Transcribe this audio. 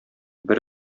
бер